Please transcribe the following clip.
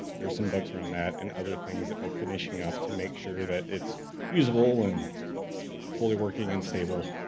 there are some bugs around that, and other things that we're finishing up to make sure that it's usable and fully working and stable.